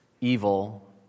evil